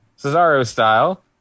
Cesaro-style